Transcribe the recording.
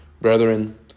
Brethren